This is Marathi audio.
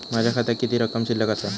माझ्या खात्यात किती रक्कम शिल्लक आसा?